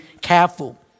careful